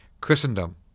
Christendom